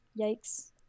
yikes